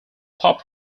pop